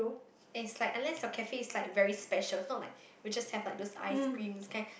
is like unless your cafe is like very special is not like we just have like those ice creams kind